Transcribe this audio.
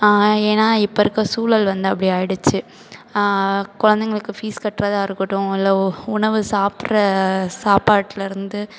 ஏன்னா இப்போருக்க சூழல் வந்து அப்டியாகிடிச்சி குழந்தைங்களுக்கு ஃபீஸ் கட்டுறதா இருக்கட்டும் இல்லை உணவு சாப்பிட்ற சாப்பாட்டுலேருந்து